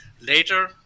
Later